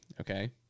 Okay